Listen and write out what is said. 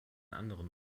anderen